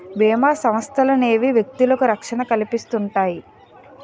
బీమా సంస్థలనేవి వ్యక్తులకు రక్షణ కల్పిస్తుంటాయి